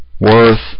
worth